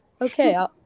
Okay